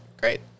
Great